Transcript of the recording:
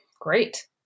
great